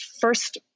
first